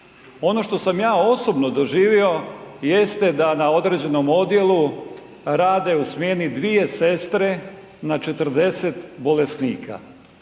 Ono što sam ja osobno doživio jeste da na određenom odjelu rade u smjeni dvije sestre na 40 bolesnika.